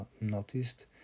noticed